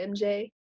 MJ